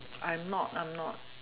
I'm not I'm not